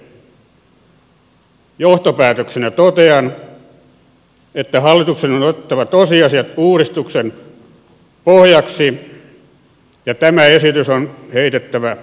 johtopäätöksenä totean että hallituksen on otettava tosiasiat uudistuksen pohjaksi ja tämä esitys on heitettävä romukoppaan